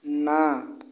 ନା